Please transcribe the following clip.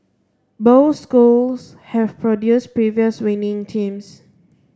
both schools have produced previous winning teams